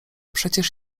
przecież